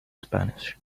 spanish